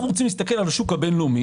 אנחנו רוצים להסתכל על השוק הבין-לאומי.